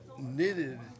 Knitted